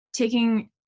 Taking